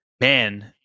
man